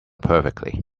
perfectly